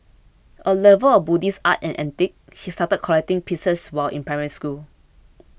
a lover of Buddhist art and antiquities he started collecting pieces while in Primary School